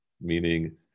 Meaning